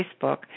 Facebook